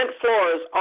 floors